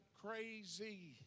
crazy